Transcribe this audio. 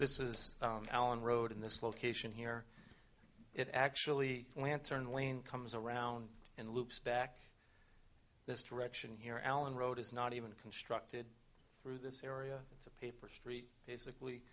this is allen road in this location here it actually plants are in lane comes around and loops back this direction here allan road is not even constructed through this area it's a paper street basically